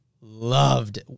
loved